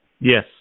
Yes